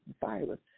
virus